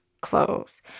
clothes